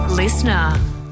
listener